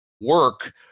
work